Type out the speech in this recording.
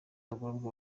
abagororwa